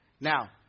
Now